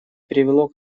привело